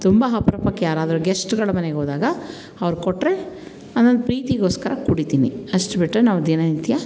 ತುಂಬ ಅಪರೂಪಕ್ಕೆ ಯಾರಾದರೂ ಗೆಸ್ಟ್ಗಳು ಮನೆಗೋದಾಗ ಅವ್ರು ಕೊಟ್ಟರೆ ಅದನ್ನು ಪ್ರೀತಿಗೋಸ್ಕರ ಕುಡಿತೀನಿ ಅಷ್ಟು ಬಿಟ್ಟರೆ ನಾವು ದಿನನಿತ್ಯ